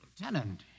Lieutenant